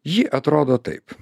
ji atrodo taip